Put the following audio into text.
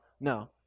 No